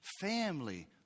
family